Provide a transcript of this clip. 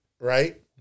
right